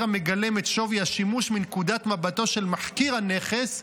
המגלם את שווי השימוש מנקודת מבטו של מחכיר הנכס,